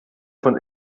von